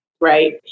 Right